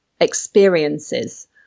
experiences